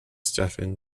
stephen